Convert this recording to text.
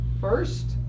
First